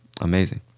amazing